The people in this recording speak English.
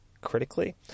critically